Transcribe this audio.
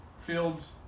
fields